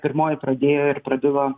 pirmoji pradėjo ir prabilo